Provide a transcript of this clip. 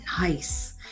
Nice